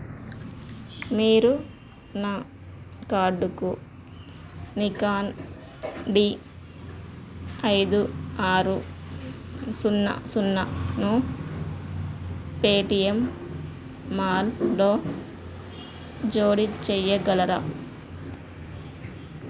మీరు నా కార్టుకు నికాన్ డీ ఐదు ఆరు సున్నా సున్నాను పేటీఎం మాల్లో జోడీ చేయగలరా